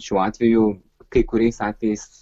šiuo atveju kai kuriais atvejais